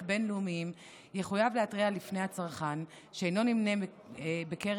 בין-לאומיים יחויב להתריע בפני צרכן שאינו נמנה עם מנוייו